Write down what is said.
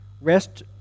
Rest